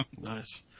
Nice